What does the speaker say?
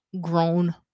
grown